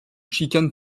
chicane